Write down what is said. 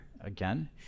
again